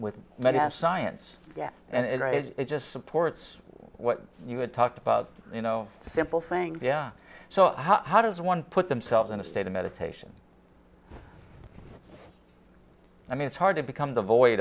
mass science yes and it just supports what you had talked about you know simple things yeah so how does one put themselves in a state of meditation i mean it's hard to become the voi